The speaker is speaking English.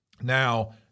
Now